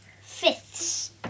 Fifths